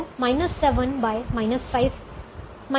तो 7 5 5 2